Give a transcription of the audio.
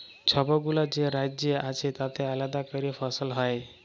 ছবগুলা যে রাজ্য আছে তাতে আলেদা ক্যরে ফসল হ্যয়